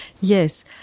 Yes